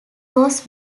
was